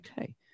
Okay